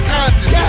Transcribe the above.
Conscious